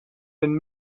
been